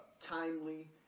timely